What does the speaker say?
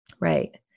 Right